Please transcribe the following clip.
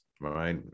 right